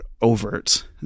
overt